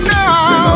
now